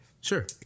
sure